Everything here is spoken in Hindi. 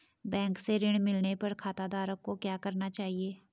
बैंक से ऋण मिलने पर खाताधारक को क्या करना चाहिए?